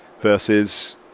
versus